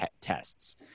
tests